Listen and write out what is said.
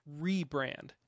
rebrand